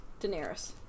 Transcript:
Daenerys